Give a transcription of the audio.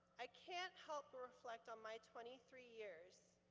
i can't help reflect on my twenty three years,